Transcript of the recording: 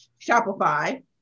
shopify